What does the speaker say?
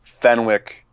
Fenwick